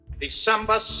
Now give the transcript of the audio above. December